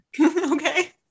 Okay